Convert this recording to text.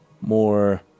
more